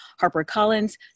HarperCollins